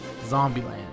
Zombieland